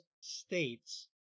states